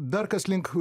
dar kas link